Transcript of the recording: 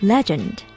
Legend